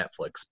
Netflix